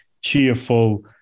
cheerful